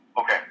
Okay